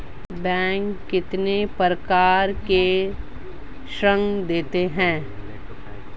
Bank कितने प्रकार के ऋण देता है?